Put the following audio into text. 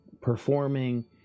performing